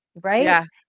Right